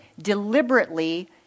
deliberately